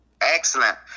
Excellent